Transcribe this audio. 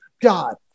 God